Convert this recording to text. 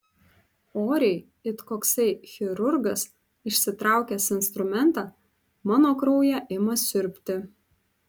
oriai it koksai chirurgas išsitraukęs instrumentą mano kraują ima siurbti